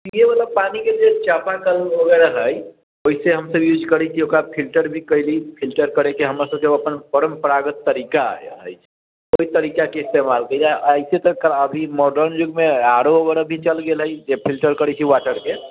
पिए वला पानी के जे चापाकल वगैरह है ओहिसे हमसब यूज़ करै छियै ओकरा फ़िल्टर भी कइली फिल्टर करै के हमरसबके अपन परम्परागत तरीका अछि ओहि तरीका के ईस्तेमाल एहिसे तऽ अभी मॉडर्न युग मे आरो वगैरह भी चल गेलै जे फ़िल्टर करै छियै वाटर के